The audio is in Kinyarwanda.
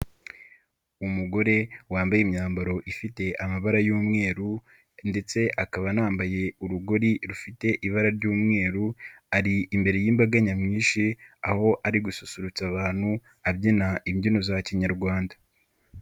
Umugore wambaye imyambaro ifite amabara y'umweru ndetse akaba anambaye urugori rufite ibara ry'umweru ari imbere y'imbaga nyamwinshi aho ari gususurutsa abantu abyina imbyino za kinyarwanda.